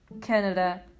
Canada